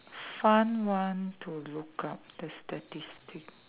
fun one to look out the statistic